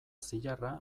zilarra